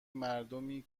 مردمی